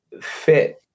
Fit